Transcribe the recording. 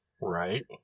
right